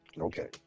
Okay